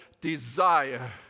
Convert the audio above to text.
desire